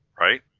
right